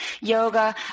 yoga